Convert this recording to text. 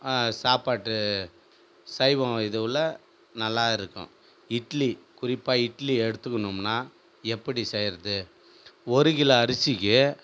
சாப்பாட்டு சைவம் இதுவுல நல்லாயிருக்கும் இட்லி குறிப்பாக இட்லி எடுத்துக்குனோம்னா எப்படி செய்கிறது ஒரு கிலோ அரிசிக்கு